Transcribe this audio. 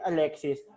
Alexis